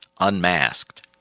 unmasked